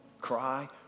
cry